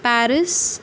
Paris